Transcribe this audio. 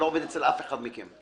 אני לא עובד אצל אף אחד מכם.